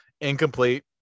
incomplete